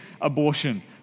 abortion